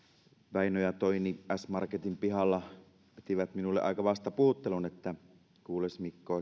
väinö ja toini s marketin pihalla pitivät minulle aika vasta puhuttelun että kuules mikko